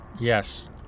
Yes